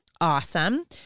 Awesome